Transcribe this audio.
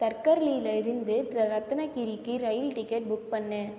தர்கர்லில் இருந்து ரத்னகிரிக்கு ரயில் டிக்கெட் புக் பண்ணு